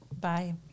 bye